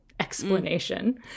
explanation